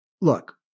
look